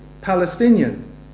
Palestinian